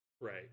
right